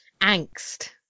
angst